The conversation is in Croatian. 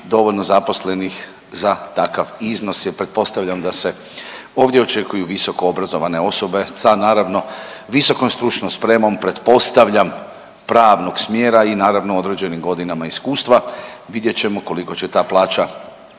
dovoljno zaposlenih za takav iznos jel pretpostavljam da se ovdje očekuju visokoobrazovane osobe sa naravno visokom stručnom spremom, pretpostavljam pravnog smjera i naravno određenim godinama iskustva, vidjet ćemo koliko će ta plaća